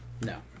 No